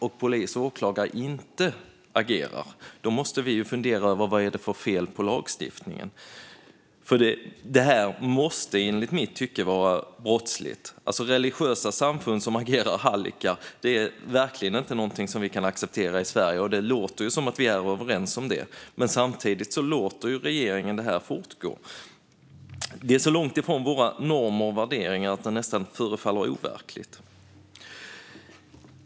När polis och åklagare då inte agerar måste vi fundera över vad det är för fel på lagstiftningen. Det här måste enligt mitt tycke vara brottsligt. Religiösa samfund som agerar hallickar är verkligen inte någonting som vi kan acceptera i Sverige, och det låter som att vi är överens om det. Men samtidigt låter regeringen detta fortgå. Det är så långt ifrån våra normer och värderingar att det nästan förefaller overkligt.